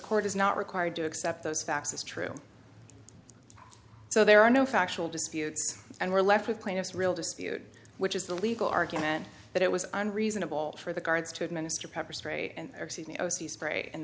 court is not required to accept those facts as true so there are no factual disputes and we're left with plaintiffs real dispute which is the legal argument that it was an reasonable for the guards to administer pepper spray and